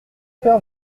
père